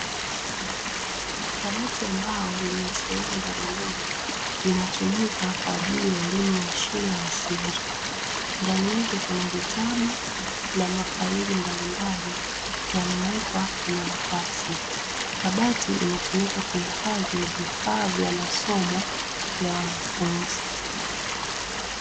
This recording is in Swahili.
Kabati ya mbao yenye sehemu ndogondogo inatumika kwa ajili ya elimu ya shule ya msingi. Ndani yake kuna vitabu na mafaili mbalimbali, yamewekwa kwenye nafasi. Kabati inatumika kuhifadhi vifaa vya masomo ya wanafunzi.